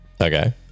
Okay